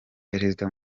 perezida